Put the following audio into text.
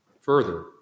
Further